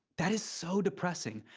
that is so depressing.